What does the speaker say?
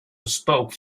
spoke